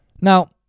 Now